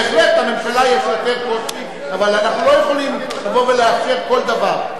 בהחלט הממשלה יש לה קושי אבל אנחנו לא יכולים לבוא ולאשר כל דבר.